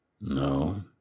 No